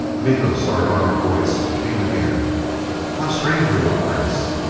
miko's sardonic voice came again how strange you look, prince!